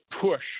push